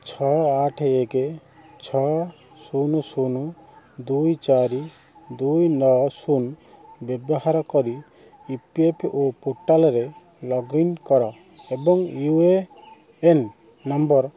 ଛଅ ଆଠ ଏକ ଛଅ ଶୂନ ଶୂନ ଦୁଇ ଚାରି ଚାରି ଦୁଇ ନଅ ଶୂନ ବ୍ୟବହାର କରି ଇ ପି ଏଫ୍ ଓ ପୋର୍ଟାଲ୍ରେ ଲଗ୍ଇନ୍ କର ଏବଂ ୟୁ ଏ ଏନ୍ ନମ୍ବର୍